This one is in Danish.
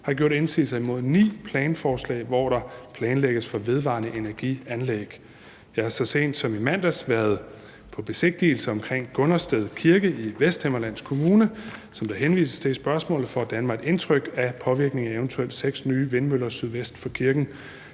har gjort indsigelser imod ni planforslag, hvor der planlægges for vedvarende energianlæg. Jeg har så sent som i mandags været på besigtigelse omkring Gundersted Kirke i Vesthimmerlands Kommune, som der henvises til i spørgsmålet, for at danne mig et indtryk af påvirkningen fra eventuelt seks nye vindmøller sydvest for kirken.